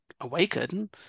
awakened